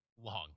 long